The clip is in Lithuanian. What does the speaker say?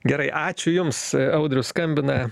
gerai ačiū jums audrius skambina